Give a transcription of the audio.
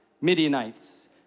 Midianites